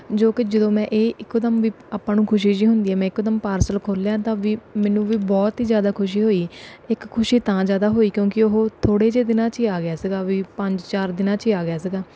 ਜੋ ਕਿ ਜਦੋਂ ਮੈਂ ਇਹ ਇੱਕੋ ਦਮ ਵੀ ਆਪਾਂ ਨੂੰ ਖੁਸ਼ੀ ਜਿਹੀ ਹੁੰਦੀ ਆ ਮੈਂ ਇੱਕੋ ਦਮ ਪਾਰਸਲ ਖੋਲ੍ਹਿਆ ਤਾਂ ਵੀ ਮੈਨੂੰ ਵੀ ਬਹੁਤ ਹੀ ਜ਼ਿਆਦਾ ਖੁਸ਼ੀ ਹੋਈ ਇੱਕ ਖੁਸ਼ੀ ਤਾਂ ਜ਼ਿਆਦਾ ਹੋਈ ਕਿਉਂਕਿ ਉਹ ਥੋੜ੍ਹੇ ਜਿਹੇ ਦਿਨਾਂ 'ਚ ਹੀ ਆ ਗਿਆ ਸੀਗਾ ਵੀ ਪੰਜ ਚਾਰ ਦਿਨਾਂ 'ਚ ਹੀ ਆ ਗਿਆ ਸੀਗਾ